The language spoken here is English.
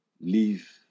leave